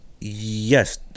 Yes